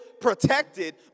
protected